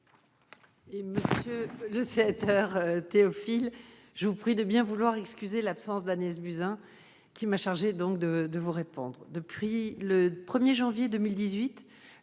Monsieur Théophile, je vous prie de bien vouloir excuser l'absence d'Agnès Buzyn, qui m'a chargée de vous répondre. Depuis le 1janvier 2018,